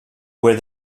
where